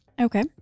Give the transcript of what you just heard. Okay